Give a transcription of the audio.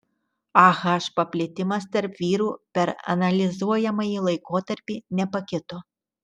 ah paplitimas tarp vyrų per analizuojamąjį laikotarpį nepakito